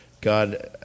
God